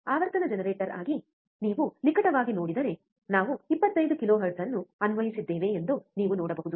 ಆವರ್ತನ ಜನರೇಟರ್ ಆಗಿ ನೀವು ನಿಕಟವಾಗಿ ನೋಡಿದರೆ ನಾವು 25 ಕಿಲೋಹೆರ್ಟ್ಜ್ ಅನ್ನು ಅನ್ವಯಿಸಿದ್ದೇವೆ ಎಂದು ನೀವು ನೋಡಬಹುದು